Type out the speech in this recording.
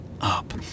up